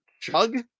chug